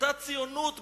אותה ציונות גדולה,